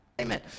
Amen